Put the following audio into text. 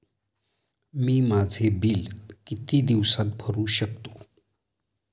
मी माझे बिल किती दिवसांत भरू शकतो?